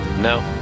No